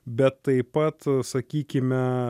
bet taip pat sakykime